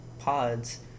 pods